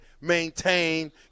maintain